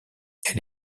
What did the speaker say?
elle